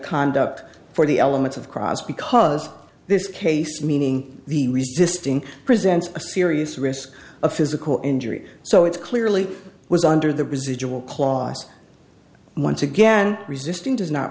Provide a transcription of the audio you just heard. conduct for the elements of cross because this case meaning the resisting presents a serious risk of physical injury so it clearly was under the residual clause once again resisting does not